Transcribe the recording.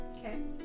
Okay